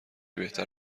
بهتر